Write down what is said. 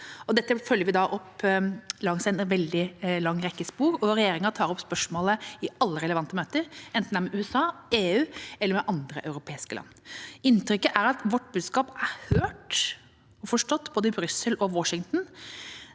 Dette følger vi opp langs en veldig lang rekke spor, og regjeringa tar opp spørsmålet i alle relevante møter, enten det er med USA, EU eller andre europeiske land. Inntrykket er at vårt budskap er hørt og forstått både i Brussel og Washington.